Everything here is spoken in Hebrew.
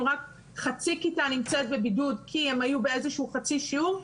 אם רק חצי כיתה נמצא בבידוד כי היא הייתה בחצי שיעור,